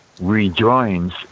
rejoins